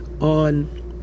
on